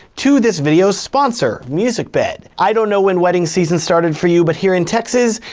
to this video's sponsor, musicbed. i don't know when wedding season started for you, but here in texas,